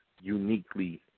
uniquely